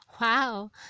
wow